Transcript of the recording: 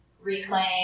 reclaim